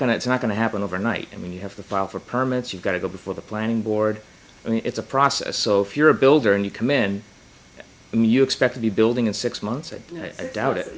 to it's not going to happen overnight i mean you have to file for permits you've got to go before the planning board and it's a process so if you're a builder and you come in and you expect to be building in six months i doubt it